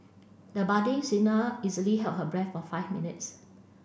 the budding singer easily held her breath for five minutes